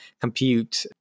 compute